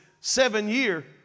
seven-year